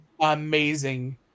amazing